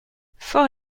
fort